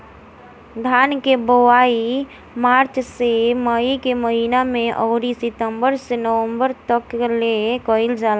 धान के बोआई मार्च से मई के महीना में अउरी सितंबर से नवंबर तकले कईल जाला